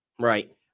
Right